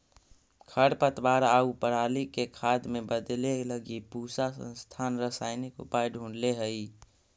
खरपतवार आउ पराली के खाद में बदले लगी पूसा संस्थान रसायनिक उपाय ढूँढ़ले हइ